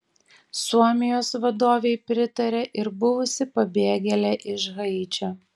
suomijos vadovei pritarė ir buvusi pabėgėlė iš haičio